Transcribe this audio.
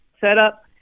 setup